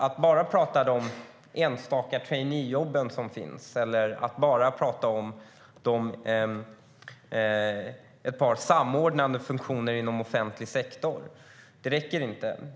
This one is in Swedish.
Att bara tala om de enstaka traineejobb som finns eller bara tala om ett par samordnande funktioner inom offentlig sektor räcker inte.